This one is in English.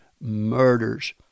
murders